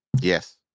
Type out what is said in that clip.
Yes